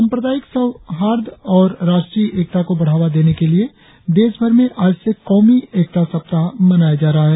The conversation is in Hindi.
सांप्रदायिक सद्भाव और राष्ट्रीय एकता को बढ़ावा देने के लिए देशभर में आज से कौमी एकता सप्ताह मनाया जा रहा है